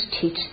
teach